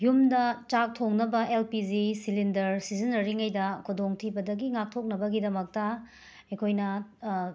ꯌꯨꯝꯗ ꯆꯥꯛ ꯊꯣꯡꯅꯕ ꯑꯦꯜ ꯄꯤ ꯖꯤ ꯁꯤꯂꯤꯟꯗꯔ ꯁꯤꯖꯤꯟꯅꯔꯤꯉꯩꯗ ꯈꯨꯗꯣꯡꯊꯤꯕꯗꯒꯤ ꯉꯥꯛꯊꯣꯛꯅꯕꯒꯤꯗꯃꯛꯇ ꯑꯩꯈꯣꯏꯅ